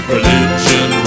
Religion